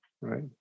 right